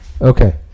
Okay